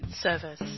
Service